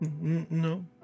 No